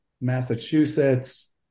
Massachusetts